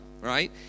right